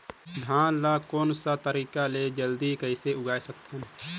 धान ला कोन सा तरीका ले जल्दी कइसे उगाय सकथन?